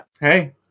Hey